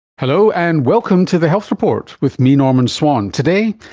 hello, and welcome to the health report with me, norman swan. today,